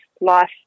life